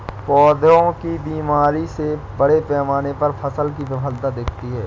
पौधों की बीमारी से बड़े पैमाने पर फसल की विफलता दिखती है